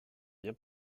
bien